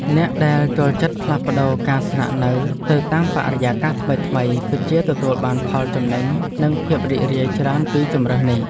អ្នកដែលចូលចិត្តផ្លាស់ប្ដូរការស្នាក់នៅទៅតាមបរិយាកាសថ្មីៗពិតជាទទួលបានផលចំណេញនិងភាពរីករាយច្រើនពីជម្រើសនេះ។